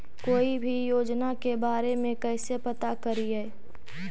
कोई भी योजना के बारे में कैसे पता करिए?